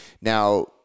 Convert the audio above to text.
Now